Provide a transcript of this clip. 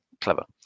clever